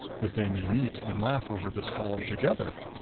that they may meet and laugh over this column together?